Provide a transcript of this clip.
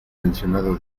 mencionado